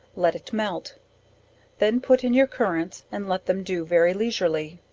let it melt then put in your currants and let them do very leisurely,